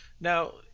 Now